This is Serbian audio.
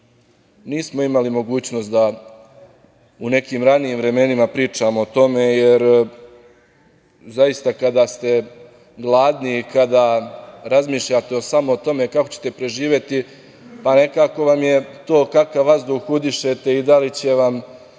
nismo imali mogućnost da u nekim ranijim vremenima pričamo o tome, jer zaista kada ste gladni i kada razmišljate samo o tome kako ćete preživeti, pa nekako vam je to kakav vazduh udišete i da li će vam